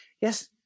yes